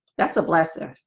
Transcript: that's a blessing.